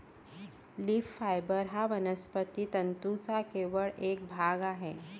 leaf fibre हा वनस्पती तंतूंचा केवळ एक भाग आहे